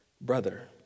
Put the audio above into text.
brother